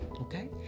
okay